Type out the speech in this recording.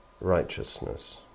righteousness